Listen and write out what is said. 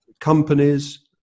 Companies